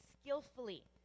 skillfully